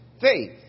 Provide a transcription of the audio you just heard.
faith